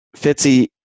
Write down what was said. Fitzy